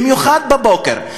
במיוחד בבוקר.